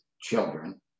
children